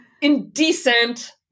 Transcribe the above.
indecent